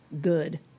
good